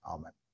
Amen